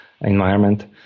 environment